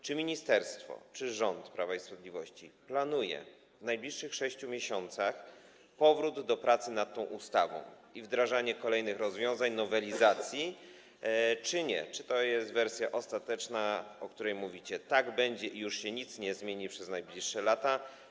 Czy ministerstwo, czy rząd Prawa i Sprawiedliwości planuje w najbliższych 6 miesiącach powrót do pracy nad tą ustawą i wdrażanie kolejnych rozwiązań, nowelizacji, czy nie, czy to jest wersja ostateczna, o której mówicie: tak będzie i już się nic nie zmieni przez najbliższe lata?